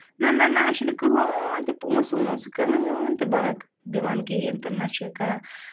نہ نہ نہ اَسہِ چھُنہٕ کٔہٕنۍ تہِ پونسہٕ وونسہٕ کٔہٕنۍ تہِ بنٛک دِوان کِہیٖنۍ تہٕ نہ چھُ کانہہ